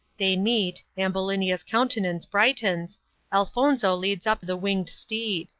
they meet ambulinia's countenance brightens elfonzo leads up the winged steed.